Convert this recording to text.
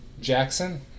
Jackson